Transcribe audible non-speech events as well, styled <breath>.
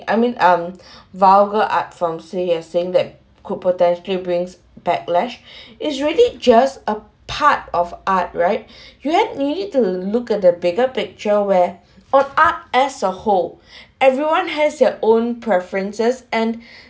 I mean um <breath> vulgar art form so you're saying that could potentially brings backlash <breath> is really just a part of art right <breath> you have needed to look at the bigger picture where on art as a whole <breath> everyone has their own preferences and <breath>